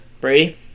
Brady